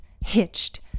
hitched